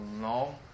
no